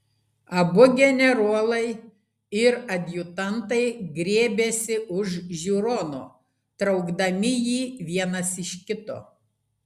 abu generolai ir adjutantai griebėsi už žiūrono traukdami jį vienas iš kito